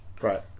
Right